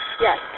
Yes